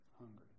hungry